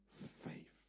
faith